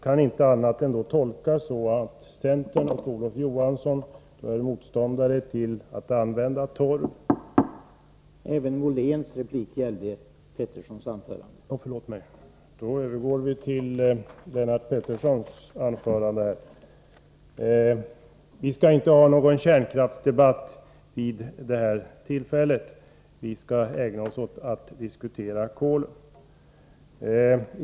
Jag övergår då till att kommentera Lennart Petterssons anförande. Vi skall inte ha någon kärnkraftsdebatt vid detta tillfälle. Vi skall ägna oss åt att diskutera kol.